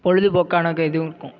பொழுதுபோக்கான க இதுவும் இருக்கும்